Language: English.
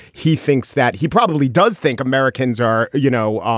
he thinks that he probably does think americans are, you know, um